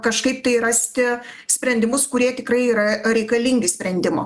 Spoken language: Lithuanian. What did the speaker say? kažkaip tai rasti sprendimus kurie tikrai yra reikalingi sprendimo